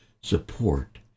support